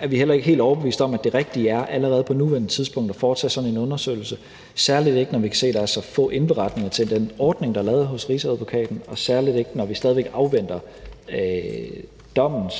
er vi heller ikke overbevist om, at det rigtige allerede på nuværende tidspunkt er at foretage sådan en undersøgelse, særlig ikke når vi kan se, at der er så få indberetninger til den ordning, der er lavet hos Rigsadvokaten, og særlig ikke når vi stadig væk afventer dommen